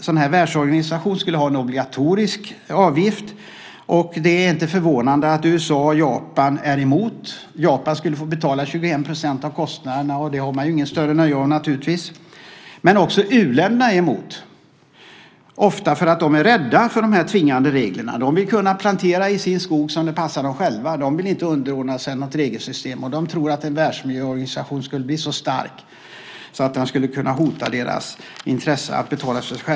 En världsorganisation skulle ha en obligatorisk avgift, och det är inte förvånande att USA och Japan är emot. Japan skulle få betala 21 % av kostnaderna. Det har landet naturligtvis inget större nöje av. Men också u-länderna är emot, ofta för att de är rädda för de tvingande reglerna. De vill plantera sin skog som det passar dem själva. De vill inte underordna sig något regelsystem. De tror att en världsmiljöorganisation skulle bli så stark att den skulle kunna hota deras intressen.